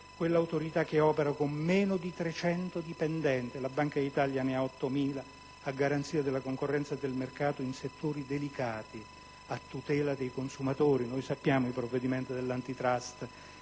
quell'Autorità che opera con meno di 300 dipendenti (mentre la Banca d'Italia ne ha 8.000) a garanzia della concorrenza e del mercato in settori delicati a tutela dei consumatori. A tal proposito, ricordiamo il provvedimento dell'Antitrust